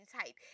type